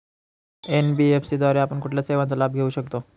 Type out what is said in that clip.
NBFC द्वारे आपण कुठल्या सेवांचा लाभ घेऊ शकतो?